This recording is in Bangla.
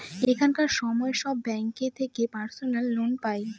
এখনকার সময় সব ব্যাঙ্ক থেকে পার্সোনাল লোন পাই